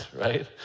right